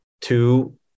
two